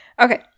Okay